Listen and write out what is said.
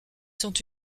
sont